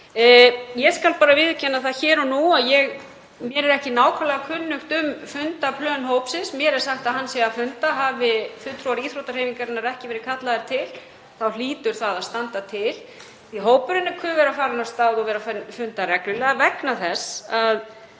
Ég skal bara viðurkenna það hér og nú að mér er ekki nákvæmlega kunnugt um fundaplön hópsins, mér er sagt að hann sé að funda. Hafi fulltrúar íþróttahreyfingarinnar ekki verið kallaðir til þá hlýtur það að standa til, því hópurinn ku vera farinn af stað og farinn að funda reglulega vegna þess að